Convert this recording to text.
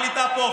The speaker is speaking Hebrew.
שר הקליטה פה.